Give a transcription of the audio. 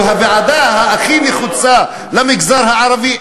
שהיא הוועדה הכי נחוצה למגזר הערבי,